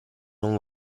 non